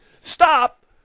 stop